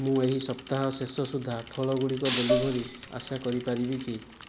ମୁଁ ଏହି ସପ୍ତାହ ଶେଷ ସୁଦ୍ଧା ଫଳ ଗୁଡ଼ିକ ଡେଲିଭରି ଆଶା କରିପାରିବି କି